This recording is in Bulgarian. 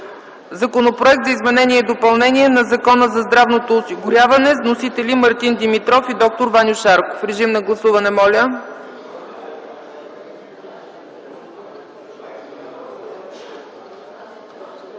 Законопроект за изменение и допълнение на Закона за здравното осигуряване с вносители Мартин Димитров и Ваньо Шарков. Гласували